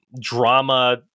drama